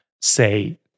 say